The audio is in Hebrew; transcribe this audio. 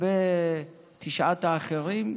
לגבי תשעת האחרים,